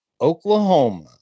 Oklahoma